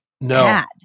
no